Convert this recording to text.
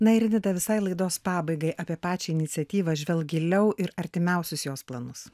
na ir nida visai laidos pabaigai apie pačią iniciatyvą žvelk giliau ir artimiausius jos planus